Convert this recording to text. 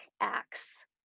acts